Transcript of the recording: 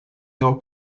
your